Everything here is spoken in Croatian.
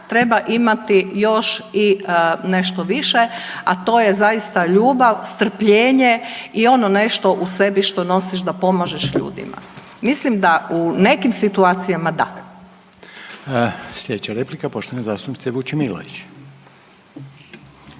treba imati još i nešto više, a to je zaista ljubav, strpljenje i ono nešto u sebi što nosiš da pomažeš ljudima. Mislim da u nekim situacijama da. **Reiner, Željko (HDZ)** Slijedeća replika poštovane zastupnice Vučemilović.